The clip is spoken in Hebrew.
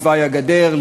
את תוואי הגדר,